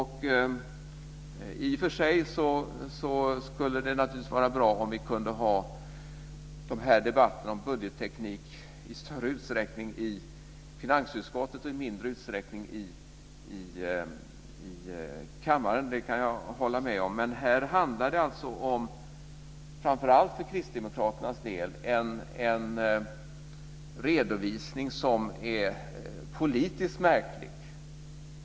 I och för sig skulle det naturligtvis vara bra om vi kunde ha de här debatterna om budgetteknik i större utsträckning i finansutskottet och i mindre utsträckning i kammaren. Det kan jag hålla med om. Men här handlar det framför allt för kristdemokraternas del om en redovisning som är politiskt märklig.